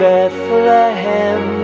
Bethlehem